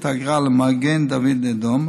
את האגרה למגן דוד אדום,